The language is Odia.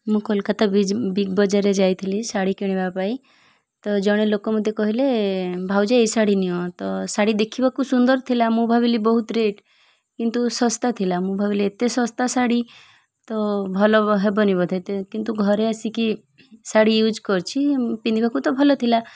ମୁଁ କୋଲକାତା ବିଗ୍ ବଜାରରେ ଯାଇଥିଲି ଶାଢ଼ୀ କିଣିବା ପାଇଁ ତ ଜଣେ ଲୋକ ମୋତେ କହିଲେ ଭାଉଜ ଏ ଶାଢ଼ୀ ନିଅ ତ ଶାଢ଼ୀ ଦେଖିବାକୁ ସୁନ୍ଦର ଥିଲା ମୁଁ ଭାବିଲି ବହୁତ ରେଟ୍ କିନ୍ତୁ ଶସ୍ତା ଥିଲା ମୁଁ ଭାବିଲି ଏତେ ଶସ୍ତା ଶାଢ଼ୀ ତ ଭଲ ହେବନି ବୋଧେ କିନ୍ତୁ ଘରେ ଆସିକି ଶାଢ଼ୀ ୟୁଜ୍ କରିଛି ପିନ୍ଧିବାକୁ ତ ଭଲ ଥିଲା